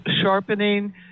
sharpening